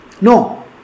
No